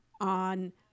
on